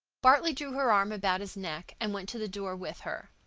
bartley drew her arm about his neck and went to the door with her.